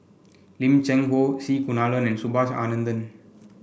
Lim Cheng Hoe C Kunalan and Subhas Anandan